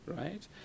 right